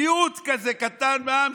מיעוט כזה קטן מהעם,